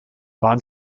waren